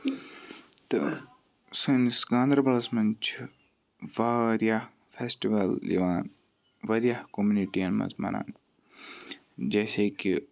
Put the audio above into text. تہٕ سٲنِس گاندَربَلَس مَنٛز چھُ واریاہ فیٚسٹِول یِوان واریاہ کوٚمنِٹیَن مَنٛز مَناونہٕ جیسے کہِ